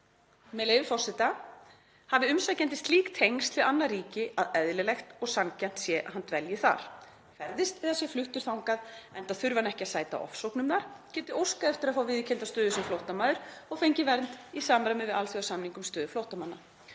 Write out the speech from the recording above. með leyfi forseta: „Umsækjandi hafi slík tengsl við annað ríki að eðlilegt og sanngjarnt sé að hann dvelji þar, ferðist eða sé fluttur þangað enda þurfi hann ekki að sæta ofsóknum þar, geti óskað eftir að fá viðurkennda stöðu sem flóttamaður og fengið vernd í samræmi við alþjóðasamning um stöðu flóttamanna.“